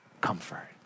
Comfort